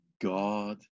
God